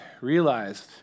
realized